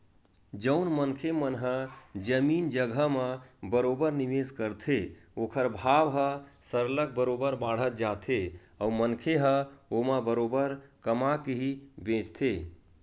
जउन मनखे मन ह जमीन जघा म बरोबर निवेस करथे ओखर भाव ह सरलग बरोबर बाड़त जाथे अउ मनखे ह ओमा बरोबर कमा के ही बेंचथे